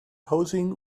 posing